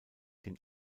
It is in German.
den